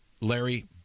larry